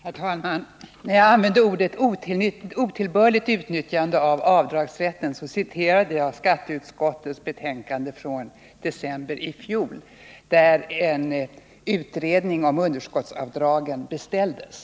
Herr talman! När jag använde uttrycket otillbörligt utnyttjande av avdragsrätten citerade jag skatteutskottets betänkande från december i fjol, där utredningen om underskottsavdragen beställdes.